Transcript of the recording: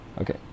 Okay